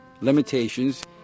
limitations